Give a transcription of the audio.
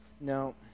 No